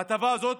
ההטבה הזאת